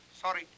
Sorry